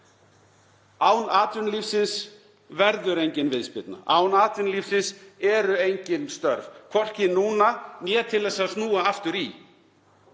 Án atvinnulífsins verður engin viðspyrna. Án atvinnulífsins eru engin störf, hvorki núna né til að snúa aftur í.